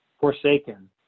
forsaken